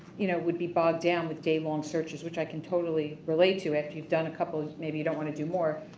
you know, would be bogged down with day long searches which i can totally relate to after you've done a couple, maybe you don't want to do more,